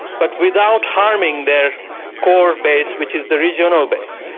but without harming their core base, which is the regional base.